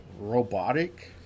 robotic